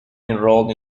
enrolled